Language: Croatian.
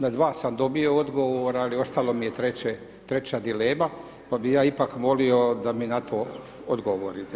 Na 2 sam dobio odgovor, ali ostalo mi je treća dilema, pa bi ja ipak volio da mi na to odgovorite.